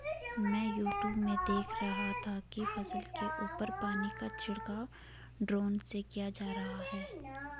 मैं यूट्यूब में देख रहा था कि फसल के ऊपर पानी का छिड़काव ड्रोन से किया जा रहा है